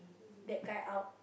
that guy out